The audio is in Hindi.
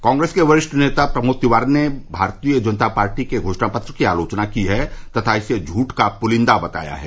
कांग्रेस के वरिष्ठ नेता प्रमोद तिवारी ने भारतीय जनता पार्टी के घोषणा पत्र की आलोचना की है तथा इसे झूठ का पुलिन्दा बताया है